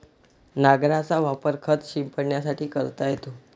नांगराचा वापर खत शिंपडण्यासाठी करता येतो